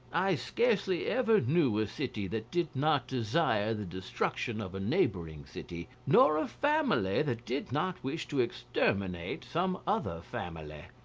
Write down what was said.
i scarcely ever knew a city that did not desire the destruction of a neighbouring city, nor a family that did not wish to exterminate some other family.